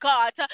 God